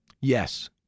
Yes